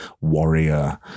warrior